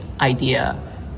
idea